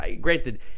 granted –